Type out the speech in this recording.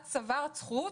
את צברת זכות